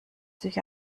sich